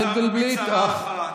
נפטרנו מצרה אחת,